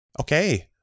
okay